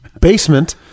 basement